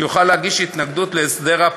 שיוכל להגיש התנגדות להסדר,